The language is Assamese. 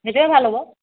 সেইটোৱেই ভাল হ'ব